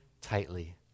tightly